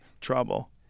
trouble